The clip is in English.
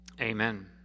Amen